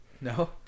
No